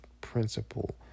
principle